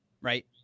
right